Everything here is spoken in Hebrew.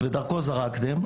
ודרכו זרקתם,